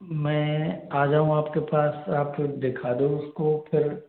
मैं आ जाऊँ आपके पास आप दिखा दो उसको फिर